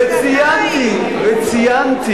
וציינתי וציינתי